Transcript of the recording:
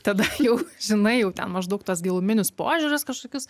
tada jau žinai jau ten maždaug tuos giluminius požiūrius kažkokius